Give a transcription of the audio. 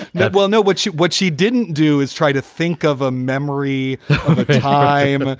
that we'll know what she what she didn't do is try to think of a memory high um and